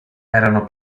erano